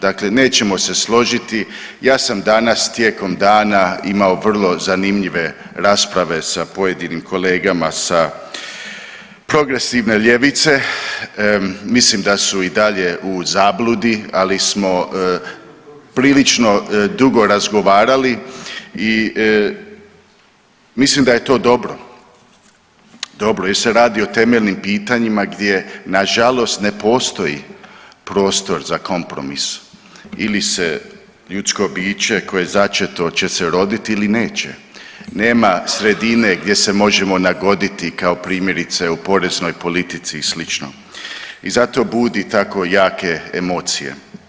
Dakle, nećemo se složiti ja sam danas tijekom dana imao vrlo zanimljive rasprave sa pojedinim kolegama, sa progresivne ljevice, mislim da su i dalje u zabludi, ali smo prilično dugo razgovarali i mislim da je to dobro, dobro jer se radi o temeljnim pitanjima gdje nažalost ne postoji prostor za kompromis ili se ljudsko biće koje je začeto će se rodit ili neće, nema sredine gdje se možemo nagoditi kao primjerice u poreznoj politici i slično i zato budi tako jake emocije.